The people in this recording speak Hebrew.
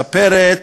ולכן מספרת